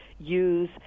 use